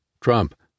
Trump